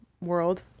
world